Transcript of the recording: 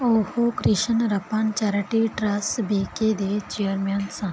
ਉਹ Krishnarpan charity trust B K ਦੇ chairman ਸਨ